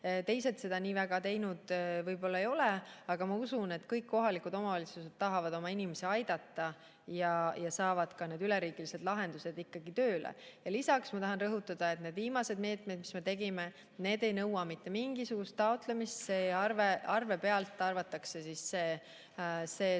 võib-olla nii väga teinud ei ole. Aga ma usun, et kõik kohalikud omavalitsused tahavad oma inimesi aidata ja saavad ka need üleriigilised lahendused ikkagi tööle. Lisaks tahan rõhutada, et need viimased meetmed, mis me tegime, ei nõua mitte mingisugust taotlemist, arve pealt arvatakse see summa